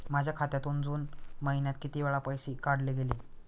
माझ्या खात्यातून जून महिन्यात किती वेळा पैसे काढले गेले?